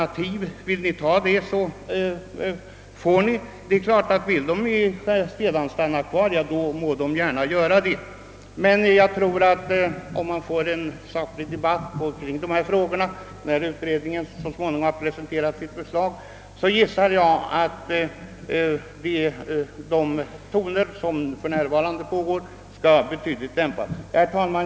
Om de vill välja detta, får de göra det, men om de vill stanna kvar må de självfallet gärna få göra så. Om vi får en saklig debatt i dessa frågor när utredningen så småningom har presenterat sitt förslag, gissar jag att de tongångar, som för närvarande anslås, kommer att betydligt dämpas. Herr talman!